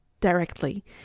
directly